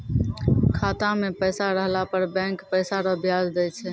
खाता मे पैसा रहला पर बैंक पैसा रो ब्याज दैय छै